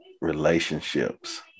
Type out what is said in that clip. relationships